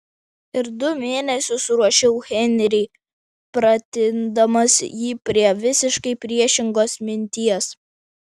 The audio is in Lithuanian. ir du mėnesius ruošiau henrį pratindamas jį prie visiškai priešingos minties